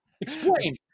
Explain